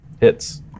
Hits